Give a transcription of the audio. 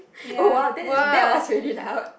oh !wow! that that was really loud